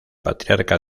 patriarca